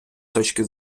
точки